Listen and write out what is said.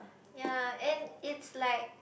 ya and it's like